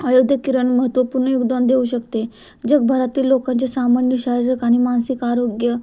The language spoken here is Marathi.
आयोध्य किरण महत्त्वपूर्ण योगदान देऊ शकते जगभरातील लोकांचे सामान्य शारीरिक आणि मानसिक आरोग्य